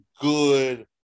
good